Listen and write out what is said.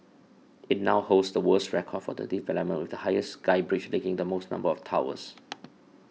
it now holds the world's record for the development with the highest sky bridge linking the most number of towers